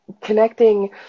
connecting